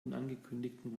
unangekündigten